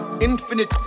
infinite